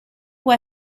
può